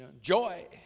Joy